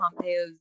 Pompeo's